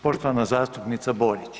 Poštovana zastupnica Borić.